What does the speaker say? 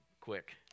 quick